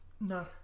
No